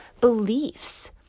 beliefs